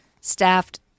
staffed